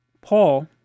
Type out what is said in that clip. Paul